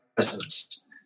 Presence